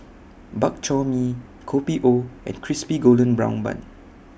Bak Chor Mee Kopi O and Crispy Golden Brown Bun